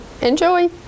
enjoy